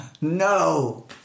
No